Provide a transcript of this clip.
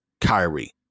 Kyrie